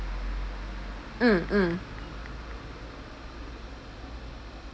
mm mm